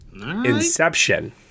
Inception